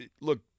look